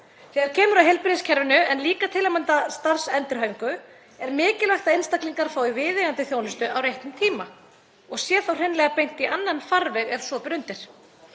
Þegar kemur að heilbrigðiskerfinu en líka til að mynda starfsendurhæfingu er mikilvægt að einstaklingar fái viðeigandi þjónustu á réttum tíma og sé þá hreinlega beint í annan farveg ef svo ber undir.